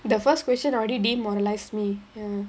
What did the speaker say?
the first question already demoralised me ya